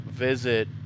visit